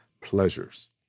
pleasures